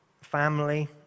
family